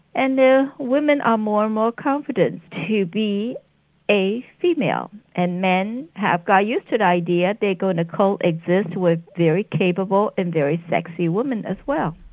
and women are more and more confident to be a female, and men have got used to the idea they're going to coexist with very capable and very sexy women as well.